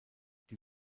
die